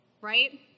right